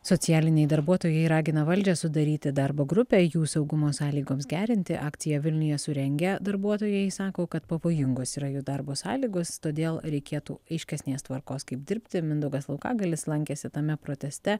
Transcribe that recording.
socialiniai darbuotojai ragina valdžią sudaryti darbo grupę jų saugumo sąlygoms gerinti akciją vilniuje surengę darbuotojai sako kad pavojingos yra jų darbo sąlygos todėl reikėtų aiškesnės tvarkos kaip dirbti mindaugas laukagalis lankėsi tame proteste